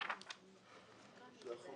סעיף 35 נתקבל.